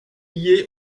lié